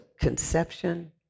conception